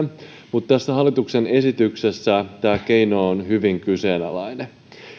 mutta tässä hallituksen esityksessä tämä keino on hyvin kyseenalainen